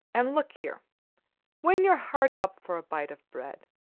and, look here when you're hard up for a bite of bread,